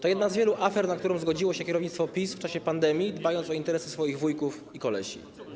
To jedna z wielu afer, na którą zgodziło się kierownictwo PiS w czasie pandemii, dbając o interesy swoich wujków i kolesi.